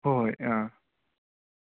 ꯍꯣ ꯍꯣꯏ ꯑꯥ